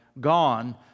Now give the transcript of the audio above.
gone